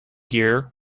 gear